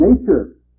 nature